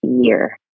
year